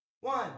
One